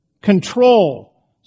Control